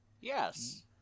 Yes